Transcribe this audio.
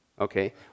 Okay